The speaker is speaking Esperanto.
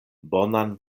bonan